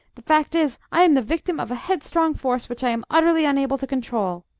the fact is, i am the victim of a headstrong force which i am utterly unable to control.